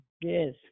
Yes